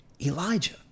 Elijah